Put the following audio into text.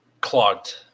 clogged